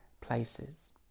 places